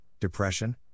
depression